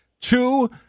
two